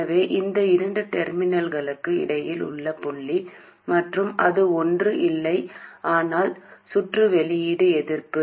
எனவே இந்த இரண்டு டெர்மினல்களுக்கு இடையில் இந்த புள்ளி மற்றும் அது ஒன்றும் இல்லை ஆனால் சுற்று உள்ளீடு எதிர்ப்பு